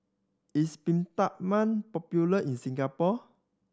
is Peptamen popular in Singapore